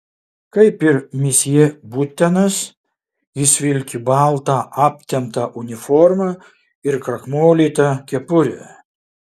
kaip ir misjė butenas jis vilki baltą aptemptą uniformą ir krakmolytą kepurę